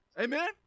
Amen